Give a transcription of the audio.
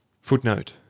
Footnote